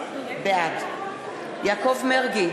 בעד יעקב מרגי,